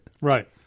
Right